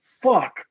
fuck